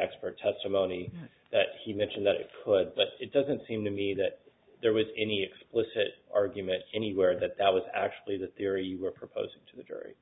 expert testimony that he mentioned that it put but it doesn't seem to me that there was any explicit argument anywhere that that was actually the theory you were proposing to the jury